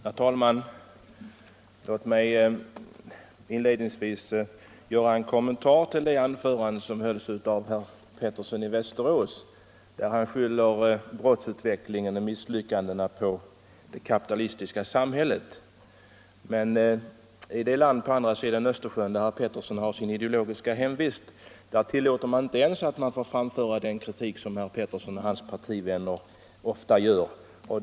Herr talman! Låt mig inledningsvis göra en kommentar till det anförande som hölls av herr Pettersson i Västerås. Han skyller brottsutvecklingen och misslyckandena på det kapitalistiska samhället. Men i det land på andra sidan Östersjön där herr Pettersson har sin ideologiska hemvist tillåter man inte ens att sådan kritik framförs som herr Pettersson och hans partivänner ofta kommer med.